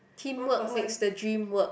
teamwork makes the dream work